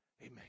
Amen